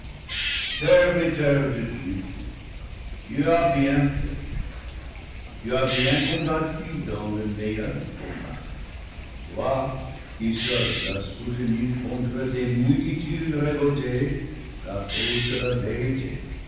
de dieu tu as bien fait tu as bien combattu dans le meilleur combat toi qui seul as soutenu contre des multitudes révoltées la cause de la vérité